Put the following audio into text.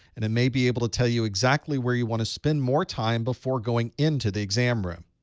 and it may be able to tell you exactly where you want to spend more time before going into the exam room.